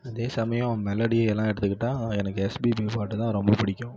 அதே சமயம் மெலோடி எல்லாம் எடுத்துக்கிட்டா எனக்கு எஸ்பிபி பாட்டு தான் ரொம்ப பிடிக்கும்